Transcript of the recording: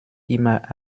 immer